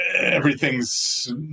everything's